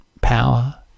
power